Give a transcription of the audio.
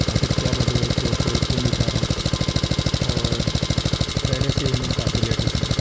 آخر کیا وجہ ہے کہ وہ کال کیوں نہیں اٹھا رہا ہے اور پہلے سے ہی ہم لوگ کافی لیٹ ہو چکے ہیں